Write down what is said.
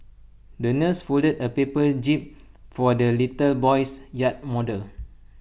the nurse folded A paper jib for the little boy's yacht model